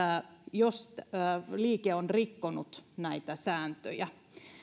jos liike on rikkonut näitä sääntöjä